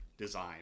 design